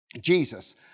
Jesus